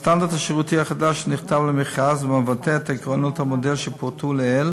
הסטנדרט השירותי החדש שנכתב למכרז והמבטא את עקרונות המודל שפורטו לעיל